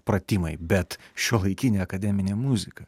pratimai bet šiuolaikinė akademinė muzika